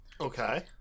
Okay